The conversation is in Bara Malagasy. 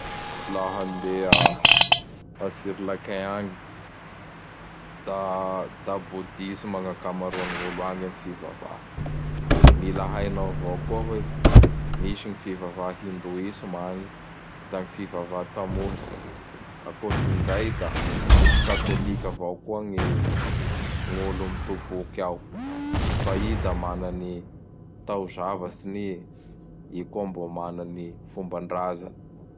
Laha andeha a Sirlankin agny da da Boudisme gn'akamoan gn'olo agny am fivava. Mila hainao avao koa hoe misy gn fivava Hindouisme agny. Da gn fivava Tamoulse. Akoatsin'izay da misy katôlika avao koa gny gn'olo mitoboky ao. Fa i da mana ny taojavatsiny i. I koa mbô mana ny fomban-dRazany.